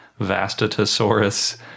Vastatosaurus